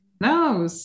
No